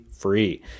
Free